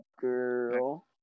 girl